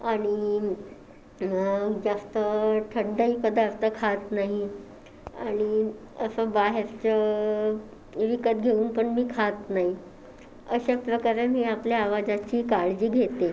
आणि जास्त थंडही पदार्थ खात नाही आणि असं बाहेरचं विकत घेऊन पण मी खात नाही अशा प्रकारे मी आपल्या आवाजाची काळजी घेते